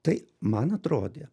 tai man atrodė